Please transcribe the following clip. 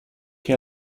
che